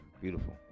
Beautiful